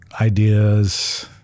ideas